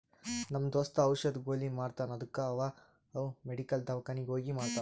ನಮ್ ದೋಸ್ತ ಔಷದ್, ಗೊಲಿ ಮಾರ್ತಾನ್ ಅದ್ದುಕ ಅವಾ ಅವ್ ಮೆಡಿಕಲ್, ದವ್ಕಾನಿಗ್ ಹೋಗಿ ಮಾರ್ತಾನ್